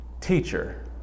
Teacher